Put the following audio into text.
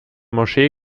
moschee